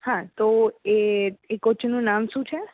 હા તો એ કોચનું નામ શું છે